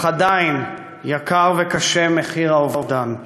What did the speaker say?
אך עדיין, יקר וקשה מחיר האובדן.